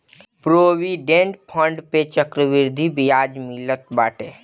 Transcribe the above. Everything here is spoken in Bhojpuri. प्रोविडेंट फण्ड पअ चक्रवृद्धि बियाज मिलत बाटे